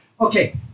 okay